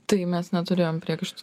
tai mes neturėjom priekaištų